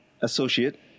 associate